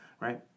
right